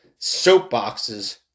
soapboxes